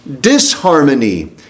disharmony